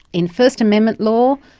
in first amendment law,